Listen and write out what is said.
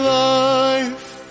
life